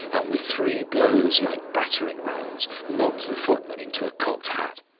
and with three blows like battering-rams knocked the footman into a cocked hat.